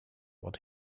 what